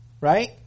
Right